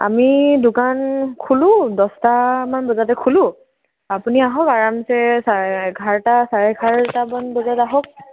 আমি দোকান খোলোঁ দহটামান বজাতে খোলোঁ আপুনি আহক আৰামছে চাৰে এঘাৰটা চাৰে এঘাৰটা মান বজাত আহক